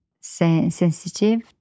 sensitive